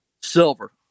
Silver